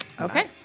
Okay